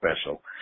special